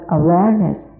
awareness